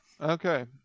Okay